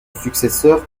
successeur